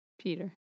Peter